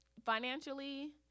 Financially